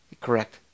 Correct